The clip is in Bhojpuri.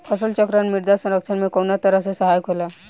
फसल चक्रण मृदा संरक्षण में कउना तरह से सहायक होला?